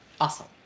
Awesome